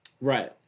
Right